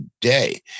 day